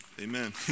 amen